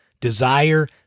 Desire